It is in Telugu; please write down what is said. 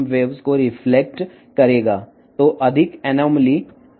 కాబట్టి మరింత క్రమరాహిత్యం ఎక్కువగా ఉంటుంది